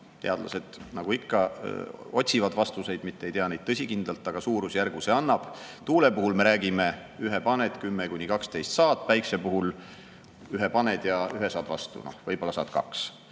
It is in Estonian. Teadlased nagu ikka otsivad vastuseid, mitte ei tea neid tõsikindlalt, aga suurusjärgu see annab. Tuule puhul me räägime: 1 paned, 10–12 saad, päikese puhul 1 paned ja 1 saad vastu, võib-olla saad 2.